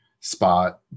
spot